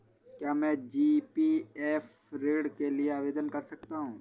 क्या मैं जी.पी.एफ ऋण के लिए आवेदन कर सकता हूँ?